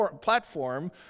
platform